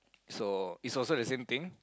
so it's also the same thing